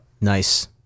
Nice